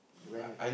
when